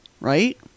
right